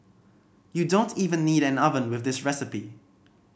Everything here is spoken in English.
you don't even need an oven with this recipe